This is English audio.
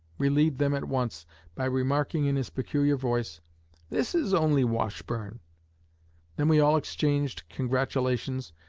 relieved them at once by remarking in his peculiar voice this is only washburne then we all exchanged congratulations,